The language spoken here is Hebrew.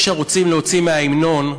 יש הרוצים להוציא מההמנון,